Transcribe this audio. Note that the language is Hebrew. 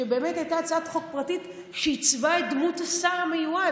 שבאמת הייתה הצעת חוק פרטית שעיצבה את דמות השר המיועד,